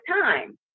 time